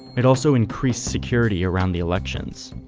it also increased security around the elections.